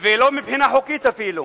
ולא מבחינה חוקית אפילו,